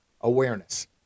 awareness